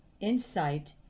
insight